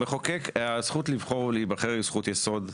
המחוקק, הזכות לבחור ולהיבחר היא זכות יסוד,